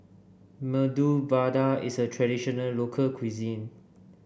Medu Vada is a traditional local cuisine